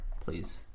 Please